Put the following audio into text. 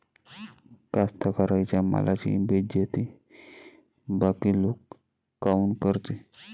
कास्तकाराइच्या मालाची बेइज्जती बाकी लोक काऊन करते?